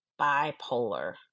bipolar